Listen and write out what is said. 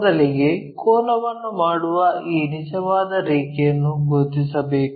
ಮೊದಲಿಗೆ ಕೋನವನ್ನು ಮಾಡುವ ಈ ನಿಜವಾದ ರೇಖೆಯನ್ನು ಗುರುತಿಸಬೇಕು